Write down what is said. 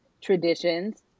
traditions